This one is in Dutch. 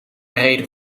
reden